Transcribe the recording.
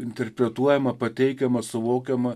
interpretuojama pateikiama suvokiama